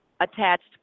attached